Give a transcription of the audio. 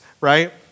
right